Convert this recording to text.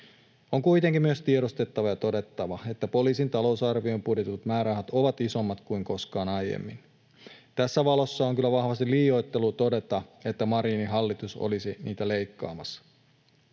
On kuitenkin myös tiedostettava ja todettava, että poliisin talousarvioon budjetoidut määrärahat ovat isommat kuin koskaan aiemmin. Tässä valossa on kyllä vahvasti liioittelua todeta, että Marinin hallitus olisi niitä leikkaamassa.